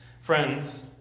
Friends